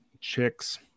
chicks